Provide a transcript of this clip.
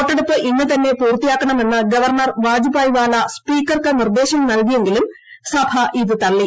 വോട്ടെടുപ്പ് ഇന്നുതന്നെ പൂർത്തിയാക്കണമെന്ന് ഗവർണർ വാജുബായ്വാല സ്പീക്കർക്ക് നിർദ്ദേശം നൽകിയെങ്കിലും സഭ ഇത് തള്ളി